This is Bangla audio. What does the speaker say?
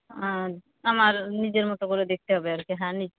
আমার নিজের মত করে দেখতে হবে আর কি হ্যাঁ